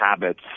habits